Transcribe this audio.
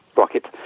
rocket